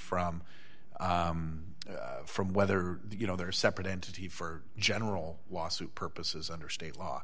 from from whether the you know they're separate entity for general lawsuit purposes under state law